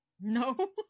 No